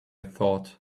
thought